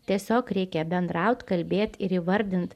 tiesiog reikia bendraut kalbėt ir įvardint